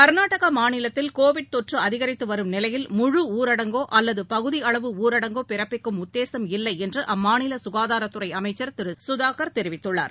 கர்நாடகாமாநிலத்தில் Covid தொற்றுஅதிகரித்துவரும் நிலையில் ழு ஊரடங்கோஅல்லதுபகுதிஅளவு ஊரடங்கோபிறப்பிக்கும் உத்தேசம் இல்லைஎன்றுஅம்மாநிலசுகாதாரத்துறைஅமைச்சர் திருசுதாகர் தெரிவித்துள்ளார்